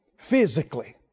physically